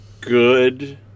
good